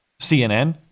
CNN